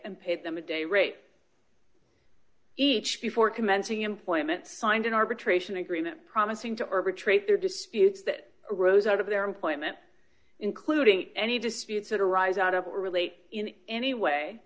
and pay them a day rate each before commencing employment signed an arbitration agreement promising to arbitrate their disputes that arose out of their employment including any disputes that arise out of a relate in any way